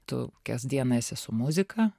tu kasdien esi su muzika